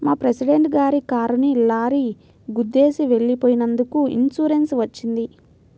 మా ప్రెసిడెంట్ గారి కారుని లారీ గుద్దేసి వెళ్ళిపోయినందుకు ఇన్సూరెన్స్ వచ్చింది